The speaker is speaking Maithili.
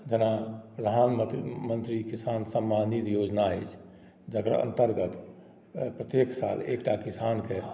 जेना प्रधानमंत्री किसान सम्मान निधि योजना अछि जकर अंतर्गत प्रत्येक साल एकटा किसानकेँ